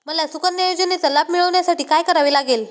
मला सुकन्या योजनेचा लाभ मिळवण्यासाठी काय करावे लागेल?